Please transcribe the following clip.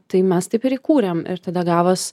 tai mes taip ir įkūrėm ir tada gavos